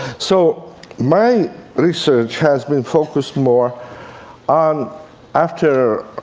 so my research has been focused more on after